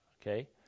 Okay